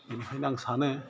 बिनिखायनो आं सानो